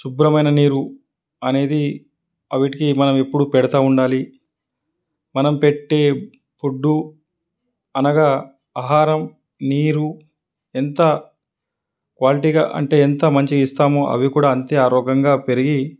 శుభ్రమైన నీరు అనేది వాటికి మనం ఎప్పుడు పెడతు ఉండాలి మనం పెట్టే ఫుడ్డు అనగా ఆహారం నీరు ఎంత క్వాలిటీగా అంటే ఎంత మంచిగా ఇస్తామో అవి కూడా అంతే ఆరోగ్యంగా పెరిగి